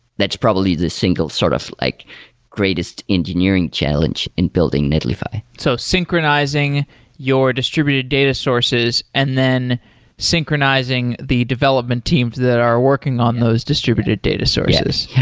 that's probably the single sort of like greatest engineering challenge in building netlify so synchronizing your distributed data sources and then synchronizing the development teams that are working on those distributed data sources. yeah,